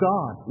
God